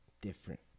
different